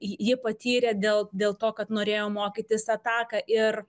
ji patyrė dėl dėl to kad norėjo mokytis ataką ir